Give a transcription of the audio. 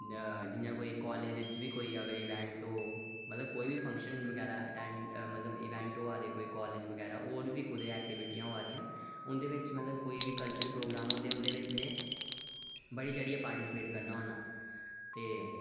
जि'यां कोई कॉलेज च बी कोई इवेंट होऐ मतलब कोई बी कॉलेज च फंक्शन होऐ होर बी कुतै ऐक्टिविटियां होआ दियां उं'दे बिच अगर कल्चरल प्रोग्राम होए तां में ओह्दे बिच बी हिस्सा लैन्ना